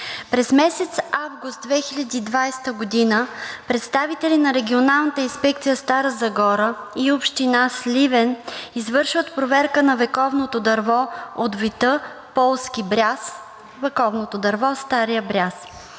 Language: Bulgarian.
През месец август 2020 г. представители на Регионалната инспекция – Стара Загора, и Община Сливен извършват проверка на вековното дърво от вида „полски бряст“ – вековното дърво „Стария бряст“.